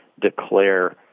declare